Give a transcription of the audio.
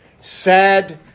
sad